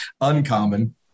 uncommon